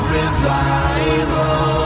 revival